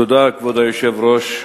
כבוד היושב-ראש,